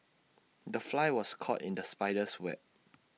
the fly was caught in the spider's web